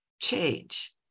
change